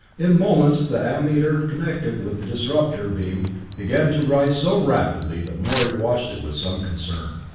in moments the ammeter connected with the disrupter beam began to rise so rapidly that morey watched it with some concern.